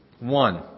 One